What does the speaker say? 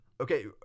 Okay